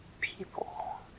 people